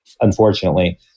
unfortunately